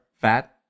fat